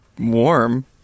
Warm